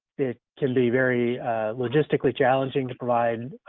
it can be very logistically challenging to provide